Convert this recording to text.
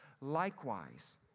Likewise